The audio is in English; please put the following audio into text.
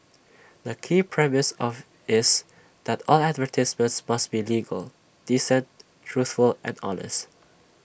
the key premise of is that all advertisements must be legal decent truthful and honest